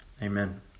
Amen